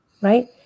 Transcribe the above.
right